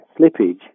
slippage